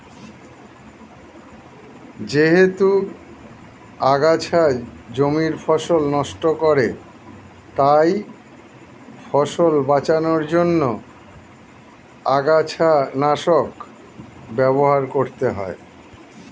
যেহেতু আগাছা জমির ফসল নষ্ট করে তাই ফসল বাঁচানোর জন্য আগাছানাশক ব্যবহার করতে হয়